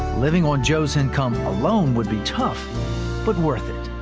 living on joe's income alone would be tough but worth it.